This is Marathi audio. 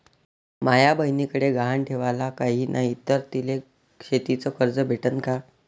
माया बयनीकडे गहान ठेवाला काय नाही तर तिले शेतीच कर्ज भेटन का?